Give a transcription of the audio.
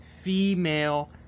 female